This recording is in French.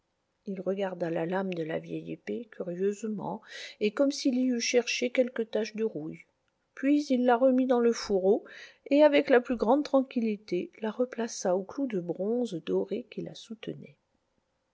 il regarda la lame de la vieille épée curieusement et comme s'il y eût cherché quelque tache de rouille puis il la remit dans le fourreau et avec la plus grande tranquillité la replaça au clou de bronze doré qui la soutenait